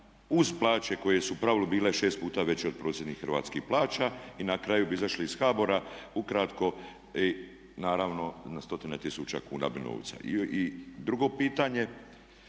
uz plaće koje su u pravilu bile šest puta veće od prosječnih hrvatskih plaća i na kraju bi izašli iz HBOR-a, ukratko naravno na stotine tisuća kuna novca. I drugo pitanje,